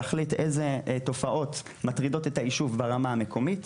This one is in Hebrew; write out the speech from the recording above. להחליט אילו תופעות מטרידות את היישוב ברמה המקומית,